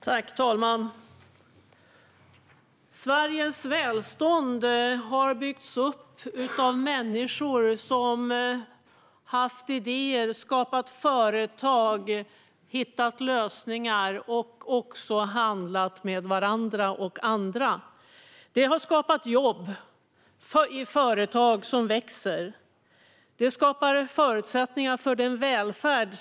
Herr talman! Sveriges välstånd har byggts upp av människor som haft idéer, skapat företag, hittat lösningar och handlat med varandra och andra. Det har skapat jobb i företag som växer, vilket skapar förutsättningar för vår svenska välfärd.